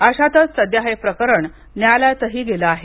अशातच सध्या हे प्रकरण न्यायालयातही गेलं आहे